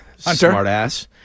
smartass